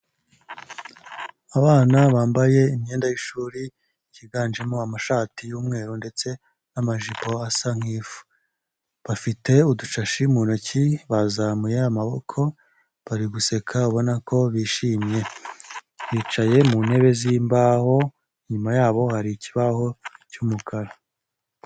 Abana bambaye imyenda y'ishuri yiganjemo amashati y'umweru ndetse n'amajipo asa nk'ivu, bafite udushashi mu ntoki bazamuye amaboko bari guseka abona ko bishimye, bicaye mu ntebe z'imbaho, inyuma yabo hari ikibaho cy'umukara.